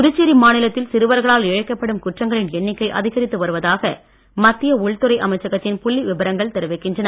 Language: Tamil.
புதுச்சேரி மாநிலத்தில் சிறுவர்களால் இழைக்கப்படும் குற்றங்களின் எண்ணிக்கை அதிகரித்து வருவதாக மத்திய உள்துறை அமைச்சகத்தின் புள்ளி விபரங்கள் தெரிவிக்கின்றன